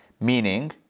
Meaning